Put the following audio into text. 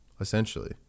essentially